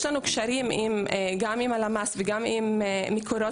יש לנו קשרים גם עם הלמ"ס וגם עם מקורות